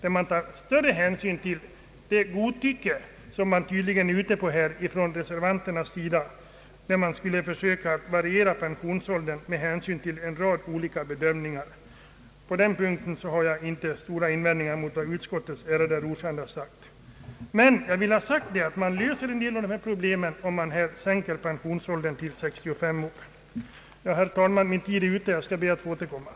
Om man skulle försöka att variera pensionsåldrarna med hänsyn till en rad olika bedömningar, som några reservanter här föreslagit, kan det bli fråga om godtycke. På den punkten har jag inte stora invändningar att göra mot vad utskottets ärade ordförande här sagt. Men jag vill emellertid säga att man löser en del av detta problem om man sänker pensionsåldern till 65 år. Herr talman! Tiden för mitt anförande är tyvärr slut, men jag återkommer.